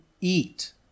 eat